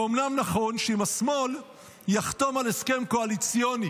ואומנם נכון שאם השמאל יחתום על הסכם קואליציוני